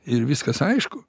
ir viskas aišku